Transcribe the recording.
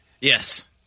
Yes